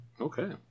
Okay